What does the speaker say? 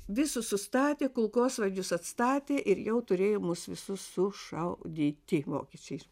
visus sustatė kulkosvaidžius atstatė ir jau turėjo mus visus sušaudyti vokiečiais